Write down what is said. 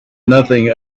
nothing